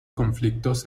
conflictos